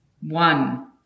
one